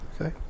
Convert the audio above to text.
Okay